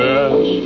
Yes